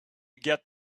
get